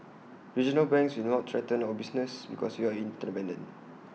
regional banks will not threaten our business because we are interdependent